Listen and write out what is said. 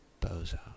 Bozo